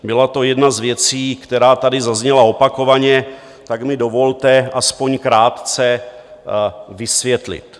Byla to jedna z věcí, která tady zazněla opakovaně, tak mi dovolte alespoň krátce to vysvětlit.